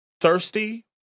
Thirsty